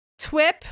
twip